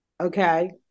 Okay